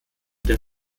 der